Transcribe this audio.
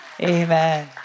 Amen